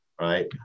right